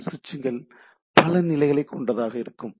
அதில் சுவிட்சுகள் பல நிலைகளைக் கொண்டதாக இருக்கும்